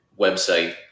website